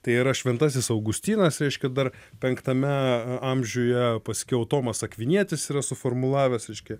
tai yra šventasis augustinas reiškia dar penktame amžiuje paskiau tomas akvinietis yra suformulavęs reiškia